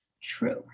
True